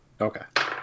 Okay